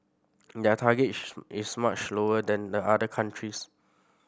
their target is much lower than the other countries